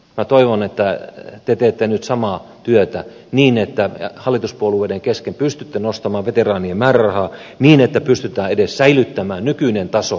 minä toivon että te teette nyt samaa työtä niin että hallituspuolueiden kesken pystytte nostamaan veteraanien määrärahaa niin että pystytään edes säilyttämään nykyinen taso